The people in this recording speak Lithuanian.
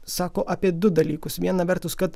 sako apie du dalykus viena vertus kad